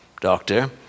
doctor